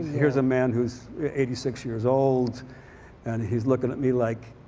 here's a man who's eighty six years old and he's looking at me like,